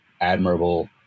admirable